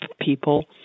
people